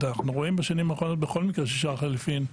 אנחנו רואים בשנים האחרונות בכל מקרה ששער החליפין,